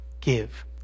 Give